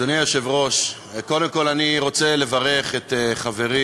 אדוני היושב-ראש, קודם כול, אני רוצה לברך את חברי